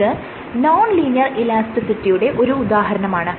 ഇത് non linear ഇലാസ്റ്റിസിറ്റിയുടെ ഒരു ഉദാഹരണമാണ്